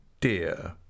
dear